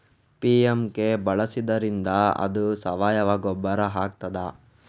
MPK ಬಳಸಿದ್ದರಿಂದ ಅದು ಸಾವಯವ ಗೊಬ್ಬರ ಆಗ್ತದ?